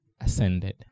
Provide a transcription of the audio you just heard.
ascended